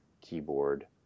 keyboard